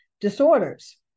disorders